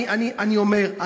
ואני אומר,